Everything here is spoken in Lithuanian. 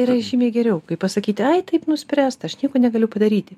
yra žymiai geriau kaip pasakyti ai taip nuspręsta aš nieko negaliu padaryti